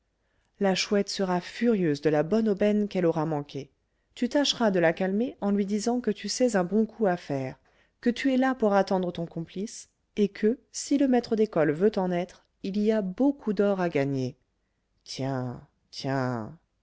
la chouette sera furieuse de la bonne aubaine qu'elle aura manquée tu tâcheras de la calmer en lui disant que tu sais un bon coup à faire que tu es là pour attendre ton complice et que si le maître d'école veut en être il y a beaucoup d'or à gagner tiens tiens